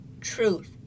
truth